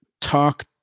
talk